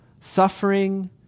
suffering